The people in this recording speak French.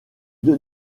deux